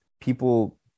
people